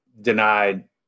Denied